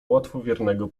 łatwowiernego